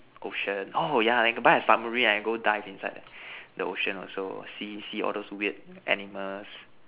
ocean oh yeah and can buy a submarine I go dive inside the ocean also see see all those weird animals